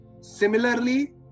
Similarly